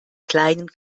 kleinen